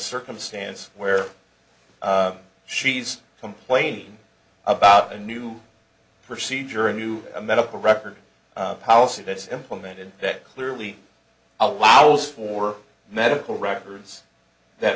circumstance where she's complaining about a new procedure a new medical record policy that's implemented that clearly allows for medical records that